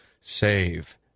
save